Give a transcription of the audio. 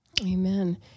Amen